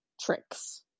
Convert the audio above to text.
tricks